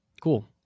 Cool